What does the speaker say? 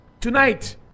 Tonight